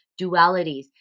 dualities